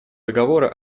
договора